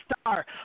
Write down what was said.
star